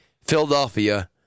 Philadelphia